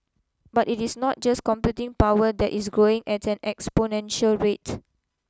but it is not just computing power that is growing at an exponential rate